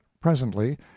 presently